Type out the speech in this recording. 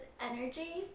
energy